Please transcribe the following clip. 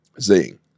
Zing